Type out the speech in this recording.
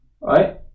right